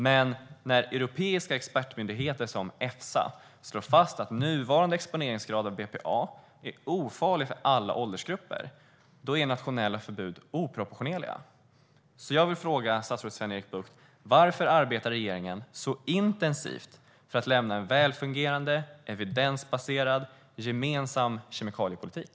Men när europeiska expertmyndigheter som Efsa slår fast att nuvarande exponeringsgrad av BPA är ofarlig för alla åldersgrupper är nationella förbud oproportionerliga. Jag vill fråga statsrådet Sven-Erik Bucht: Varför arbetar regeringen intensivt för att lämna en välfungerande, evidensbaserad och gemensam kemikaliepolitik?